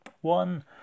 One